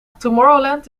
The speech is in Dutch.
tomorrowland